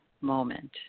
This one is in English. moment